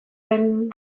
den